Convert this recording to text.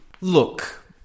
Look